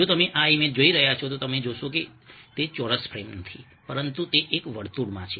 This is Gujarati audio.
જો તમે આ ઈમેજ જોઈ રહ્યા છો તો તમે જોશો કે તે ચોરસ ફ્રેમ નથી પરંતુ એક વર્તુળમાં છે